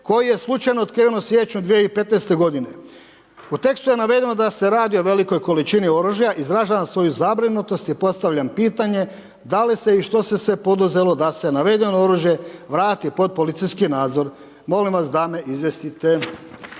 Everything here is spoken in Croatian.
koji je slučajno otkriven u siječnju 2015. godine, u tekstu je navedeno da se radi o velikoj količini oružja, izražavam svoju zabrinutost i postavljam pitanje, da li se i što se sve poduzelo da se navedeno oružje vrati pod policijski nadzor? Molim vas da me izvijestite.